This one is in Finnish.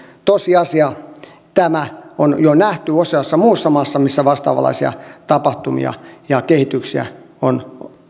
tosiasia tämä on jo nähty useassa muussa maassa missä vastaavanlaisia tapahtumia ja kehityksiä on ollut